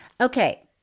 Okay